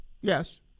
yes